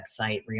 website